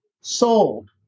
sold